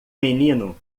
menino